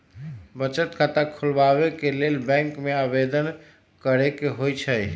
बचत खता खोलबाबे के लेल बैंक में आवेदन करेके होइ छइ